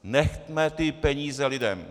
Nechme ty peníze lidem!